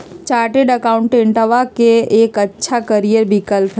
chartered अकाउंटेंटवा के एक अच्छा करियर विकल्प हई